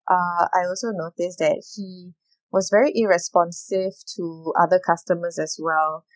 uh I also noticed that he was very irresponsive to other customers as well